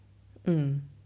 mm